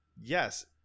Yes